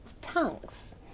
tongues